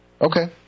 Okay